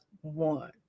one